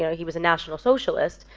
you know he was a national socialist.